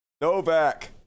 Novak